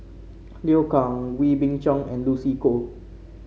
Liu Kang Wee Beng Chong and Lucy Koh